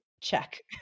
check